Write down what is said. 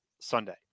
Sunday